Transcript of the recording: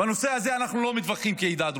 בנושא הזה אנחנו לא מתווכחים כעדה הדרוזית,